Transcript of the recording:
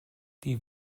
die